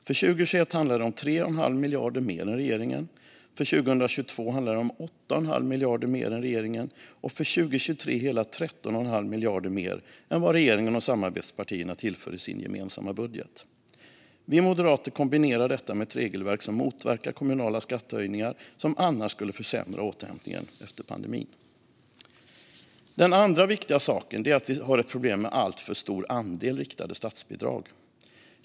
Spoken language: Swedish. För 2021 handlar det om 3 1⁄2 miljard mer än regeringen, för 2022 om 8 1⁄2 miljard mer än regeringen och för 2023 om hela 13 1⁄2 miljard mer än vad regeringen och samarbetspartierna tillför i sin gemensamma budget. Vi moderater kombinerar detta med ett regelverk som motverkar kommunala skattehöjningar som annars skulle försämra återhämtningen efter pandemin. Den andra viktiga saken är att vi har ett problem med en alltför stor andel riktade statsbidrag.